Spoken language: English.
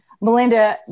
Melinda